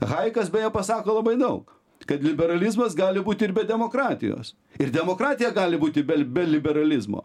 hajekas beje pasako labai daug kad liberalizmas gali būt ir be demokratijos ir demokratija gali būti be li be liberalizmo